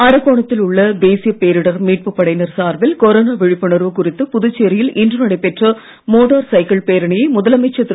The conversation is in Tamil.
அரக்கோணத்தில் உள்ள தேசிய பேரிடர் மீட்பு படையினர் சார்பில் கொரோனா விழிப்புணர்வு குறித்து புதுச்சேரியில் இன்று நடைபெற்ற மோட்டார் சைக்கிள் பேரணியை முதலமைச்சர் திரு